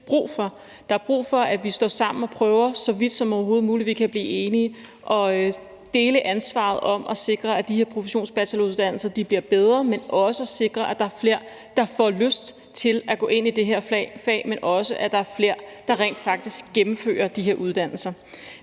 Der er brug for, at vi står sammen, og at vi så vidt som overhovedet muligt prøver, om vi kan blive enige og dele ansvaret for at sikre, at de her professionsbacheloruddannelse bliver bedre, men at vi også sikrer, at der er flere, der får lyst til at gå ind i det her fag, og at der rent faktisk også er flere, der gennemfører de her uddannelser.